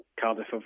Cardiff